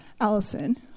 Allison